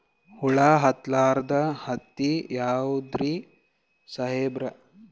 ಹುಳ ಹತ್ತಲಾರ್ದ ಹತ್ತಿ ಯಾವುದ್ರಿ ಸಾಹೇಬರ?